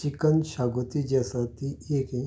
chicken xacuti जी आसा ती एक हें